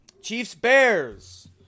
Chiefs-Bears